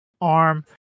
arm